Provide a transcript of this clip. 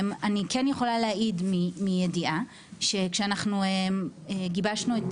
אני כן יכולה להעיד מידיעה שכשאנחנו גיבשנו את